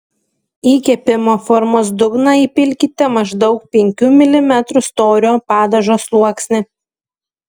į kepimo formos dugną įpilkite maždaug penkių milimetrų storio padažo sluoksnį